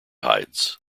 hides